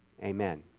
Amen